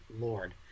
Lord